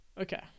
Okay